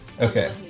Okay